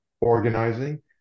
organizing